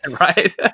right